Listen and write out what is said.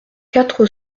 quatre